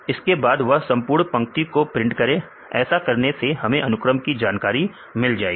इसके बाद वह संपूर्ण पंक्ति को प्रिंट करें ऐसा करने से हमें अनुक्रम की जानकारी मिल जाएगी